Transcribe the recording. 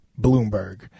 Bloomberg